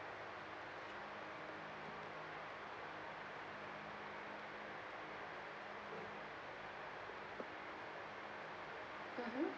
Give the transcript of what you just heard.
mmhmm